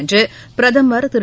என்றுபிரதமர் திரு